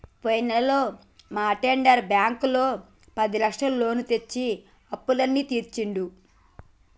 పోయిన నెలలో మా అటెండర్ బ్యాంకులో పదిలక్షల లోను తెచ్చి అప్పులన్నీ తీర్చిండు